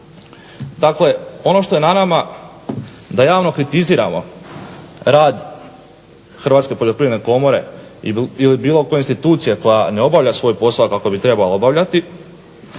Tako je ono što je na nama da javno kritiziramo rad Hrvatske poljoprivredne komore ili bilo koje institucije koja ne obavlja svoj posao kako bi trebala obavljati,